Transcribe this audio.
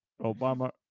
obama